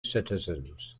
citizens